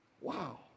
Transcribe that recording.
Wow